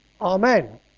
Amen